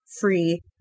free